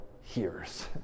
hears